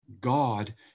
God